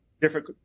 different